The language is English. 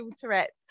Tourette's